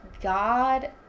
God